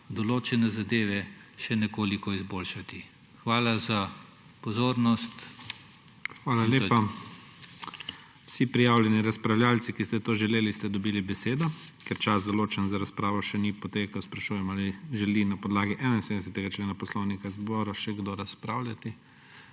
določene zadeve še nekoliko izboljšati. Hvala za pozornost in to je to. PREDSEDNIK IGOR ZORČIČ: Hvala lepa. Vsi prijavljeni razpravljavci, ki ste to želeli, ste dobili besedo. Ker čas, določen za razpravo, še ni potekel, sprašujem, ali želi na podlagi 71. člena Poslovnika zbora še kdo razpravljati?